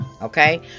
okay